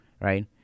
right